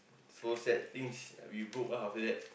so sad things we broke up after that